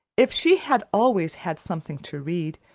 if she had always had something to read,